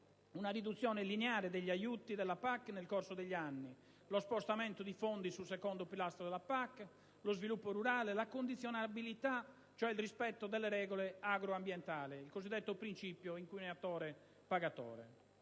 una riduzione lineare degli aiuti della PAC nel corso degli anni, lo spostamento di fondi sul secondo pilastro della PAC, lo sviluppo rurale e la condizionabilità cioè il rispetto delle regole agroambientali (principio "inquinatore-pagatore").